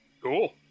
Cool